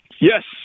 Yes